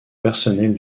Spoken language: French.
personnelle